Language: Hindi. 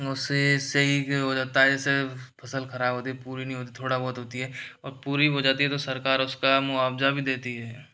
उससे से ही हो जाता है जैसे फसल ख़राब होती पूरी नी होती थोड़ा बहुत होती है और पूरी भी हो जाती है तो सरकार उसका मुआवजा भी देती है